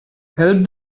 help